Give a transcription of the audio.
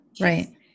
right